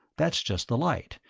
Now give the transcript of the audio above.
that's just the light,